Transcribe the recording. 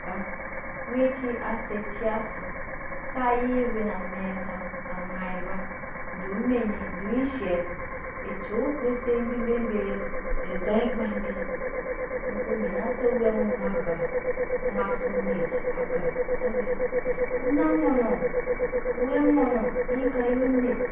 Gun owɛci asetci ciya si saye we na amɛk sa ŋaiba don mene don eshe ecurk gbuse bi bebe egan egbam bi ko nyina se owɛmu ŋai aga naiso onet aga avɛ ona ŋɔnɔ owɛ ŋɔɔ ka ya onet